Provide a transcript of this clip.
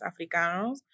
Africanos